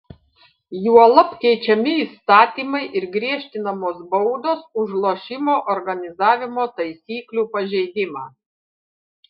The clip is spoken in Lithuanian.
juolab keičiami įstatymai ir griežtinamos baudos už lošimo organizavimo taisyklių pažeidimą